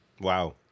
Wow